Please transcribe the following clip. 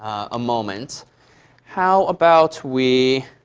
a moment how about we